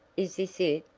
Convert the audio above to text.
is this it?